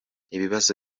ibibazo